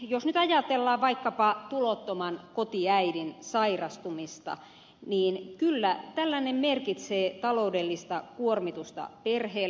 jos nyt ajatellaan vaikkapa tulottoman kotiäidin sairastumista niin kyllä tällainen merkitsee taloudellista kuormitusta perheelle